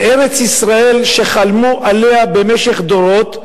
לארץ-ישראל שחלמו עליה במשך דורות,